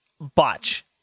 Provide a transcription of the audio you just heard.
botch